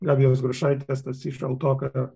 gabijos grušaitės stasys šaltoka